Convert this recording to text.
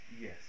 yes